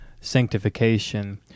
sanctification